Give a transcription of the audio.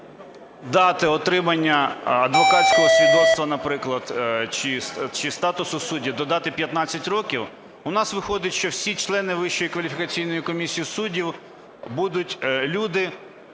дати отримання адвокатського свідоцтва, наприклад, чи статусу судді додати 15 років, у нас виходить, що всі члени Вищої